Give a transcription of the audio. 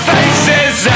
Faces